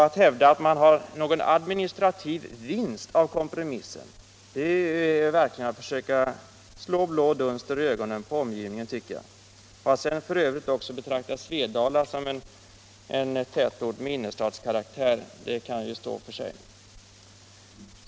Att hävda att det blir en administrativ vinst av kompromissen är att försöka slå blå dunster i ögonen på omgivningen. Att sedan betrakta Svedala som en tätort med innerstadskaraktär kan stå för sig.